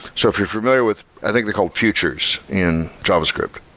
so if you're familiar with i think they call it futures in javascript.